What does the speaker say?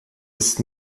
ist